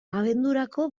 abendurako